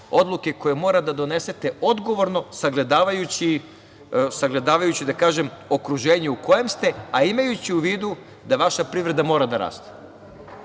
odluke koje morate da donesete odgovorno, sagledavajući okruženju u kojem ste, a imajući u vidu da vaša privreda mora da raste.